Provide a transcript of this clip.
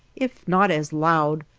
if not as loud,